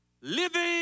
living